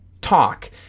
talk